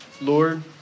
Lord